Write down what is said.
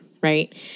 right